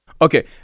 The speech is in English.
Okay